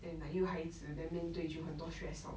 then like 又孩子 then 面对就很多 stress lor